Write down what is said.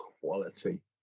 quality